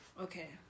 Okay